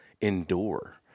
endure